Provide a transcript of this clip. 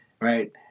right